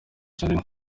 cyane